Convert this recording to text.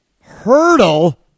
Hurdle